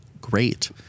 great